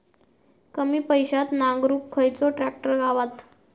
कमी पैशात नांगरुक खयचो ट्रॅक्टर गावात?